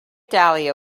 dahlia